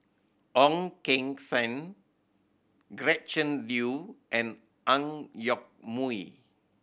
Ong Keng Sen Gretchen Liu and Ang Yoke Mooi